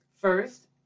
First